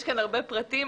יש כאן הרבה פרטים.